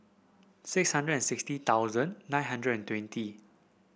six hundred and sixty thousand nine hundred and twenty